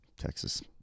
Texas